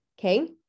okay